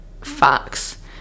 facts